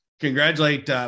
congratulate